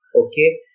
okay